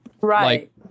right